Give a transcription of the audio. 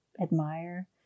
admire